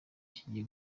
kigiye